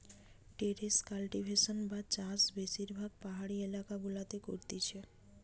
terrace cultivation বা চাষ বেশিরভাগ পাহাড়ি এলাকা গুলাতে করতিছে